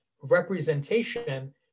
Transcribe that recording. representation